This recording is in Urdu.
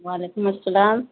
وعلیکم السلام